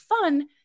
fun